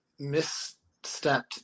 misstepped